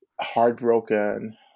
heartbroken